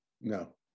No